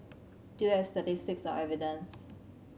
do you have statistics or evidence